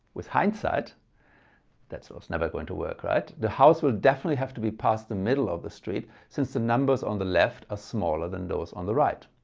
with hindsight that's sort of never going to work, right? the house will definitely have to be past the middle of the street since the numbers on the left are smaller than those on the right.